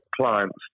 clients